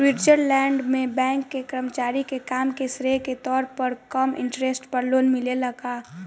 Switzerland में bank के कर्मचारी के काम के श्रेय के तौर पर कम इंटरेस्ट पर लोन मिलेला का?